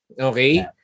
Okay